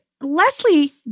Leslie